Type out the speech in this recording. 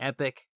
Epic